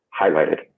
highlighted